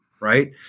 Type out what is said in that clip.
right